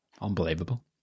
Unbelievable